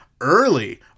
early